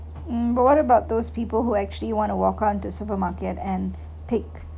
um what about those people who actually you want to walk on to supermarket and pick